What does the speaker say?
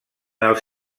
els